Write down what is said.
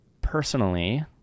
personally